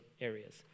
areas